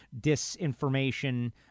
disinformation